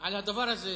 על הדבר הזה.